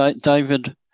David